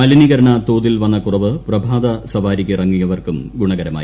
മലിനീകരണ തോതിൽ വന്ന കുറവ് പ്രഭാത സവാരിക്ക് ഇറങ്ങിയവർക്കും ഗുണകരമായി